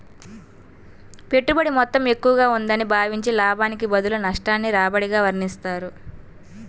పెట్టుబడి మొత్తం ఎక్కువగా ఉందని భావించి, లాభానికి బదులు నష్టాన్ని రాబడిగా వర్ణిస్తారు